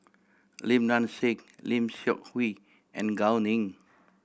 Lim Nang Seng Lim Seok Hui and Gao Ning